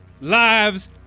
lives